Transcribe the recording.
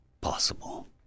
possible